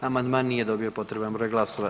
Amandman nije dobio potreban broj glasova.